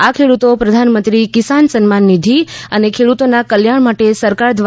આ ખેડૂતો પ્રધાનમંત્રી કિસાન સન્માન નિધિ અને ખેડૂતોના કલ્યાણ માટે સરકાર દ્રારા તા